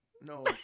No